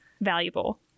valuable